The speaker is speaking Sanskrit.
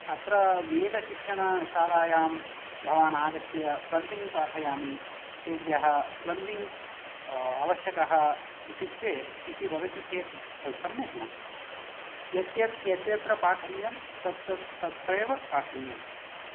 अत्र वेदशिक्षणशालायां भवान् आगत्य प्लम्बिन्ग् पाठयामि तेभ्यः प्लम्बिन्ग् अवश्यकः इत्युक्ते वदति चेत् तत् सम्यक् न यत् यत् यत्र यत्र पाठनीयम् तत् तत् तत्रैव पाठनीयम्